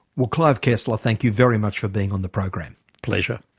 well clive kessler, thank you very much for being on the program. pleasure.